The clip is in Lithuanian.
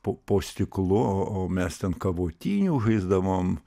po po stiklu o o mes ten kavotinių žaizdavom